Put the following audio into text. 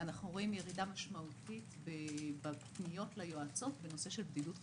אנחנו רואים ירידה משמעותית בפניות ליועצות בנושא של בדידות חברתית.